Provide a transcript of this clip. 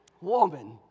Woman